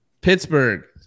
Pittsburgh